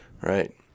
Right